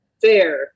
fair